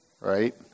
right